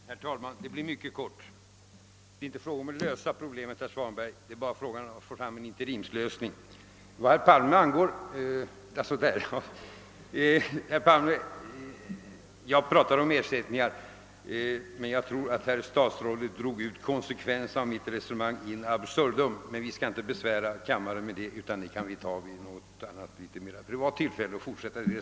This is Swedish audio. Herr talman! Mitt inlägg skall bli mycket kort. Det är inte fråga om att lösa problemet, herr Svanberg, det är bara fråga om att få fram en interimslösning. Jag talade om ersättning och inte om stöd. Jag tror att statsrådet Palme drog ut konsekvensen av mitt resonemang in absurdum. Men vi skall inte besvära kammaren med detta utan vi kan fortsätta resonemanget vid något mera privat tillfälle.